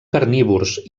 carnívors